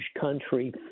country